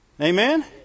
Amen